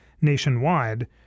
nationwide